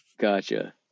gotcha